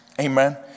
Amen